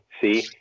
see